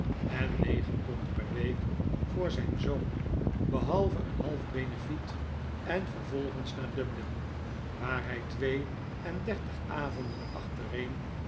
en negen pond per week voor zijn zoon behalve een half benefiet en vervolgens naar dublin waar hij twee en dertig avonden achtereen